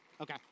Okay